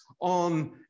On